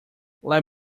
let